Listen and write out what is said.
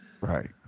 Right